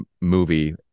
movie